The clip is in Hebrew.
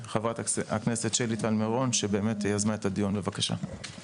חברת הכנסת שלי טל מירון שיזמה את הדיון, בבקשה.